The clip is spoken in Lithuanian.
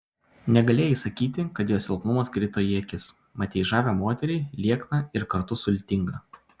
negalėjai sakyti kad jos silpnumas krito į akis matei žavią moterį liekną ir kartu sultingą